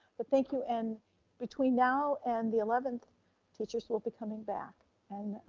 but thank you. and between now and the eleventh teachers will be coming back and